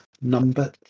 number